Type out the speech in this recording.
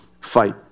fight